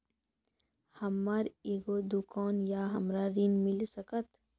हमर एगो दुकान या हमरा ऋण मिल सकत?